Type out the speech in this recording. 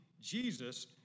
Jesus